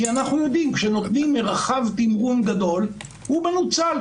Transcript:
כי אנחנו יודעים שכשנותנים מרחב תמרון גדול הוא מנוצל.